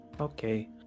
okay